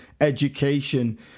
Education